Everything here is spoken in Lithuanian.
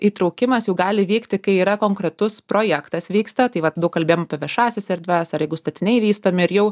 įtraukimas jau gali vykti kai yra konkretus projektas vyksta tai vat daug kalbėjom apie viešąsias erdves ar jeigu statiniai vystomi ir jau